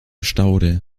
staude